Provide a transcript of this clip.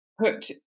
put